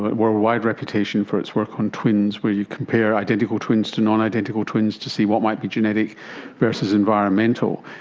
worldwide reputation for its work on twins where you compare identical twins to non-identical twins to see what might be genetic versus environmental.